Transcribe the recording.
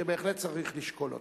שבהחלט צריך לשקול אותה.